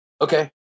Okay